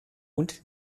und